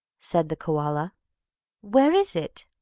said the koala where is it?